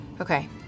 Okay